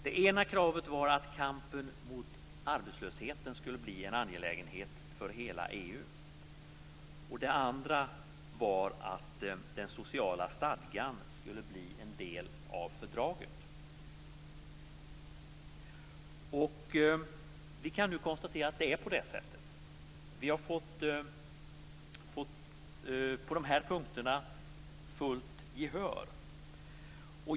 Det ena kravet var att kampen mot arbetslösheten skulle bli en angelägenhet för hela EU. Det andra kravet var att den sociala stadgan skulle bli en del av fördraget. Vi kan nu konstatera att det är på det sättet. Vi har fått fullt gehör på de här punkterna.